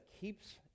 keeps